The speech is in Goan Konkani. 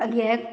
हें